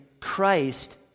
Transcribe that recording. Christ